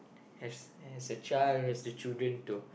has has a child has a children to